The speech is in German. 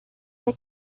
der